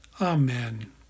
Amen